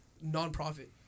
non-profit